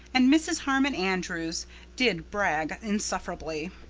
and mrs. harmon andrews did brag insufferably.